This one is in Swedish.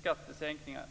skattesänkningar.